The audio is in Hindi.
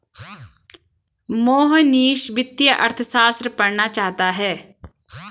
मोहनीश वित्तीय अर्थशास्त्र पढ़ना चाहता है